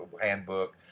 handbook